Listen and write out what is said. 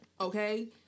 Okay